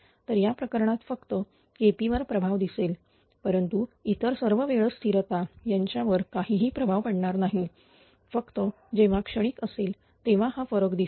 तर या प्रकरणात फक्त KP वर प्रभाव दिसेल परंतु इतर सर्व वेळ स्थिरता यांच्यावर काहीही प्रभाव पडणार नाही फक्त जेव्हा क्षणिक असेल तेव्हा हा फरक दिसेल